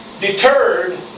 deterred